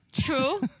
True